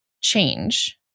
change